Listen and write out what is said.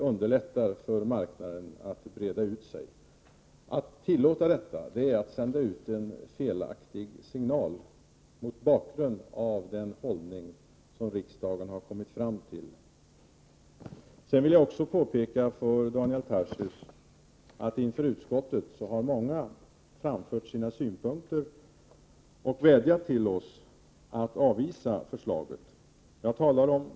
Marknaden kan alltså lättare breda ut sig. Att tillåta detta är att sända ut en felaktig signal, mot bakgrund av den hållning som riksdagen haruttalat sig för. Många har också framfört sina synpunkter till utskottet och vädjat till oss. Man vill att vi skall avvisa förslaget. Det gäller t.ex.